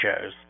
shows